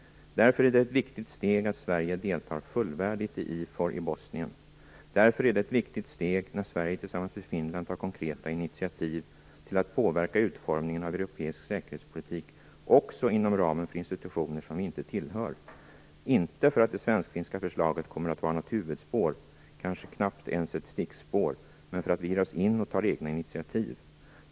Därför är det ett viktigt steg att Sverige deltar fullvärdigt i IFOR i Bosnien. Därför är det ett viktigt steg när Sverige tillsammans med Finland tar konkreta initiativ till att påverka utformningen av europeisk säkerhetspolitik, också inom ramen för institutioner som vi inte tillhör - inte för att det svenskfinska förslaget kommer att vara något huvudspår, kanske knappt ens ett stickspår, men för att vi skall dras in och ta egna initiativ.